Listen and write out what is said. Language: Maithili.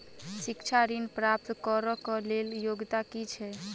शिक्षा ऋण प्राप्त करऽ कऽ लेल योग्यता की छई?